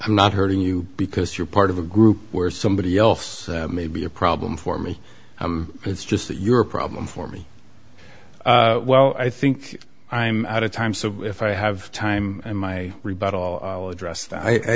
i'm not hurting you because you're part of a group where somebody else may be a problem for me it's just that you're a problem for me well i think i'm out of time so if i have time in my rebuttal address